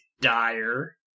dire